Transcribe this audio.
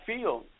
feel